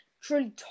Truly